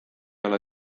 ole